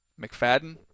McFadden